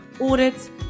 audits